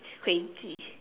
crazy